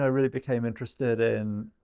ah really became interested in,